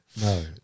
No